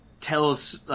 tells